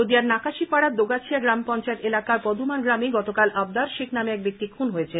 নদীয়ার নাকাশিপাড়ার দোগাছিয়া গ্রাম পঞ্চায়েত এলাকার পদুমার গ্রামে গতকাল আবদার শেখ নামে এক ব্যক্তি খুন হয়েছেন